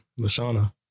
Lashana